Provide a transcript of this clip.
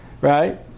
Right